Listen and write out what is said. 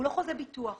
הוא לא חוזה ביטוח.